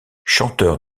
chanteur